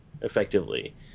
effectively